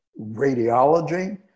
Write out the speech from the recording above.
radiology